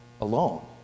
alone